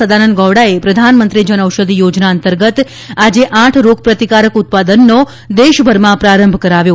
સદાનંદ ગૌડાએ પ્રધાનમંત્રી જનઔષધિ યોજના અંતર્ગત આજે આઠ રોગપ્રતિકારક ઉત્પાદનનો દેશભરમાં પ્રારંભ કરાવ્યો